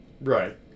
Right